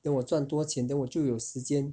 等我赚多钱 then 我就有时间